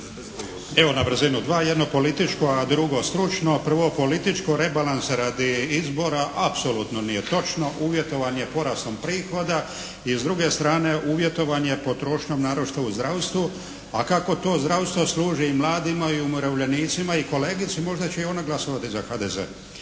Evo na brzinu dva, jedno političko, a drugo stručno. Prvo političko. Rebalans radi izbora apsolutno nije točno. Uvjetovan je porastom prihoda i s druge strane uvjetovan je potrošnjom naročito u zdravstvu, a kako to zdravstvo služi i mladima i umirovljenicima i kolegici možda će i ona glasovati za HDZ.